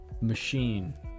machine